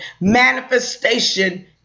Manifestation